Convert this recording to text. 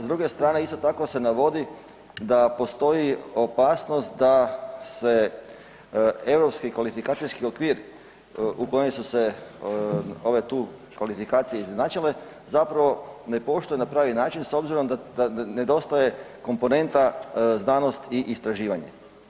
S druge strane, isto tako se navodi da postoji opasnost da se Europski kvalifikacijski okvir u kojem su se ove tu kvalifikacije izjednačile, zapravo ne poštuje na pravi način s obzirom da nedostaje komponenta „znanost i istraživanje“